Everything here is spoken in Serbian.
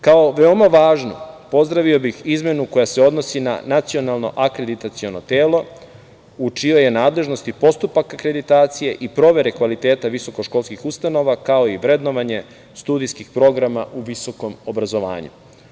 Kao veoma važno, pozdravio bih izmenu koja se odnosi na Nacionalno akreditaciono telo u čijoj je nadležnosti postupak akreditacije i provere kvaliteta visoko školskih ustanova, kao i vrednovanje studijskih programa u visokom obrazovanju.